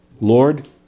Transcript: Lord